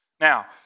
Now